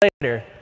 later